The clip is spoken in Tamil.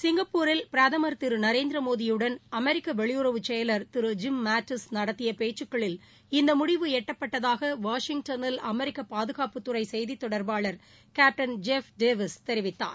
சிங்கப்பூரில் பிரதமர் திரு நரேந்திரமோடியுடன் அமெரிக்க வெளியுறவு செயலர் திரு ஜிம் மாட்டிஸ் நடத்திய பேச்சுக்களில் இந்த முடிவு எடுக்கப்பட்டதாக வாஷிங்டனில் அமெரிக்க பாதுகாப்பு துறை செய்தி தொடர்பாளர் கேப்டன் ஜெஃப் டேவிஸ் தெரிவித்தார்